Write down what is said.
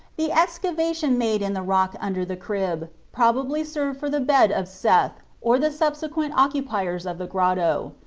the excava tion made in the rock under the crib probably served for the bed of seth, or the subsequent occupiers of the grotto.